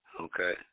Okay